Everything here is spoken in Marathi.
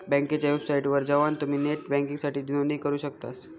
बँकेच्या वेबसाइटवर जवान तुम्ही नेट बँकिंगसाठी नोंदणी करू शकतास